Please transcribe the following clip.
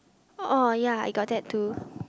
oh ya I got that too